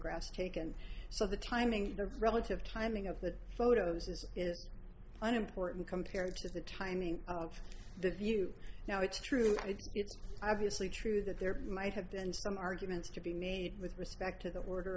taken so the timing relative timing of the photos is unimportant compared to the timing of the view now it's true obviously true that there might have been some arguments to be made with respect to the order